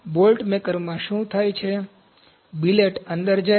bolt મેકરમાં શું થાય છે બિલેટ અંદર જાય છે